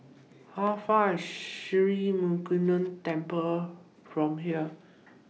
How Far IS Sri Murugan Temple from here